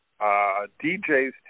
DJs